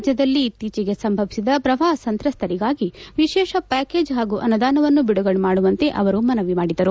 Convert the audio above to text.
ರಾಜ್ಯದಲ್ಲಿ ಇತ್ತೀಚೆಗೆ ಸಂಭವಿಸಿದ ಪ್ರವಾಹ ಸಂತ್ರಸ್ತರಿಗಾಗಿ ವಿಶೇಷ ಪ್ಯಾಕೇಜ್ ಹಾಗೂ ಅನುದಾನವನ್ನು ಬಿಡುಗಡೆ ಮಾಡುವಂತೆ ಅವರು ಮನವಿ ಮಾಡಿದರು